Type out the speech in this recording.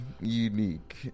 unique